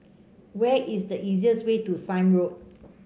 where is the easiest way to Sime Road